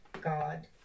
God